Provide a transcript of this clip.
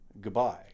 goodbye